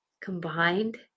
combined